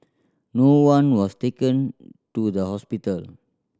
no one was taken to the hospital